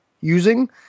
using